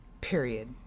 Period